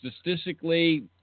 statistically